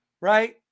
right